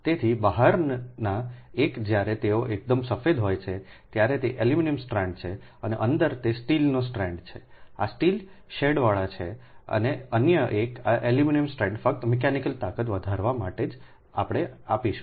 તેથી બહારના એક જ્યારે તેઓ એકદમ સફેદ હોય ત્યારે તે એલ્યુમિનિયમ સ્ટ્રાન્ડ છે અને અંદર તે સ્ટીલનો સ્ટ્રાન્ડ છે આ સ્ટીલ શેડવાળા છે અને અન્ય એક આ એલ્યુમિનિયમ સ્ટ્રાન્ડ ફક્ત મિકેનિકલ તાકાત વધારવા માટે છે જે આપણે આપીશું